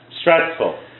Stressful